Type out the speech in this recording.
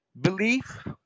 belief